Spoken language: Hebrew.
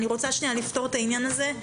אני רוצה לפתור את העניין הזה.